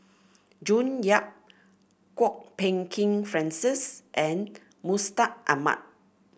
June Yap Kwok Peng Kin Francis and Mustaq Ahmad